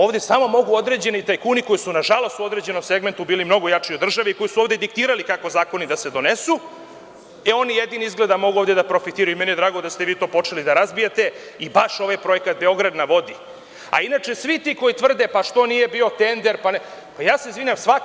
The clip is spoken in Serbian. Ovde mogu samo određeni tajkuni koji su nažalost u određenom segmentu bili mnogo jači od države, i koji su ovde diktirali kako zakoni da se donesu, i oni jedino mogu ovde da profitiraju i meni je drago da ste vi to počeli ovde da razbijate, i baš ovaj projekat „Beograd na vodi“ , a inače svi ti koji tvrde što nije bio tender, pa ja se izvinjavam.